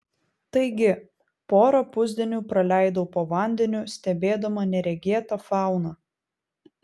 taigi porą pusdienių praleidau po vandeniu stebėdama neregėtą fauną